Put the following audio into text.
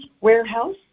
warehouse